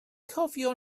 cofio